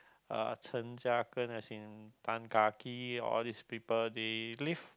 uh as in Tan-Kah-Kee or all these people they live